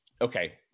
Okay